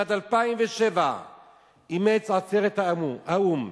בשנת 2007 אימצה עצרת האו"ם